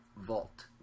vault